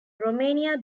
romania